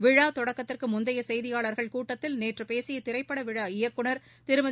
விழா தொடக்கத்திற்கு முந்தைய செய்தியாளர்கள் கூட்டத்தில் நேற்று பேசிய திரைப்பட விழா இயக்குநர் திருமதி